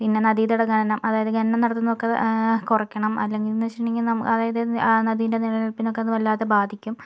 പിന്നെ നദീതട ഖനനം അതായത് ഖനനം നടത്തുന്നത് ഒക്കെ കുറക്കണം അല്ലെങ്കിൽ എന്ന് വച്ചിട്ടുണ്ടെങ്കിൽ അതായത് ആ നദിൻ്റെ നിലനിൽപ്പിനെയൊക്കെ അത് വല്ലാതെ ബാധിക്കും